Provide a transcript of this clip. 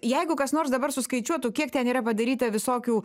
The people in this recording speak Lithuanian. jeigu kas nors dabar suskaičiuotų kiek ten yra padaryta visokių